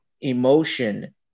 emotion